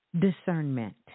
Discernment